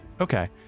Okay